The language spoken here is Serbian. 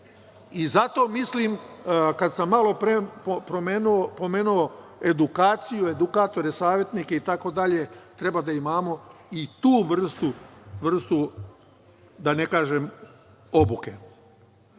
Zato mislim, kada sam malopre pomenuo edukaciju, edukatore, savetnike itd, treba da imamo i tu vrstu, da ne kažem, obuke. Evo,